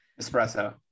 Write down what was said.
Espresso